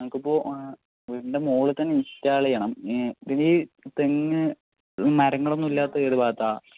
നമുക്ക് ഇപ്പോൾ വീടിൻ്റെ മുകളിൽ തന്നെ ഇൻസ്റ്റാൾ ചെയ്യണം ഇനി ഈ തെങ്ങ് മരങ്ങൾ ഒന്നും ഇല്ലാത്ത ഏത് ഭാഗത്താണ്